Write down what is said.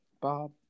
Bob